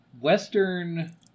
Western